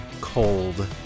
cold